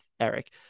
Eric